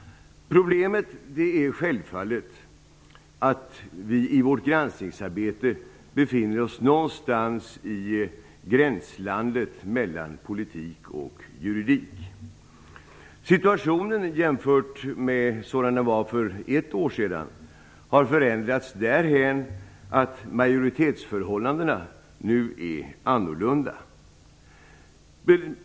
Problemet är självfallet att vi i vårt granskningsarbete befinner oss någonstans i gränslandet mellan politik och juridik. Situationen har sedan förra året förändrats på så sätt, att majoritetsförhållandena nu är andra.